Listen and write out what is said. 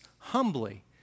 Humbly